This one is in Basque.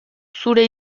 zure